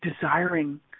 desiring